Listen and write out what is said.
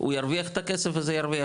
הוא ירוויח את הכסף וזה ירוויח,